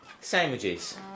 Sandwiches